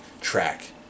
track